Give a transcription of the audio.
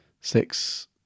Six